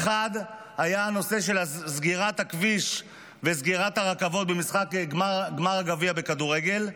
האחד היה הנושא של סגירת הכביש וסגירת הרכבות במשחק גמר הגביע בכדורגל,